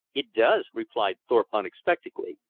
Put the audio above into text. it does, replied thorpe unexpectedly,